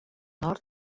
nord